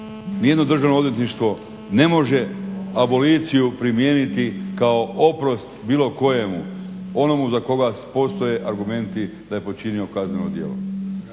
ni jedno državno odvjetništvo ne može aboliciju primijeniti kao oprost bilo kojemu onomu za koga postoje argumenti da je počinio kazneno djelo.